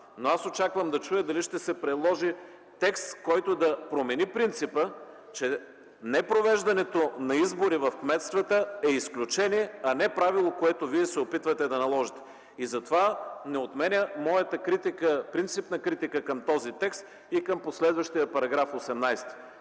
Но аз очаквам да чуя дали ще се приложи текст, който да промени принципа, че непровеждането на избори в кметствата, е изключение, а не правило, което вие се опитвате да наложите и затова не отменя моята принципна критика към този текст и към последващия § 18.